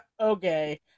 okay